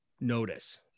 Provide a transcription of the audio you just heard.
notice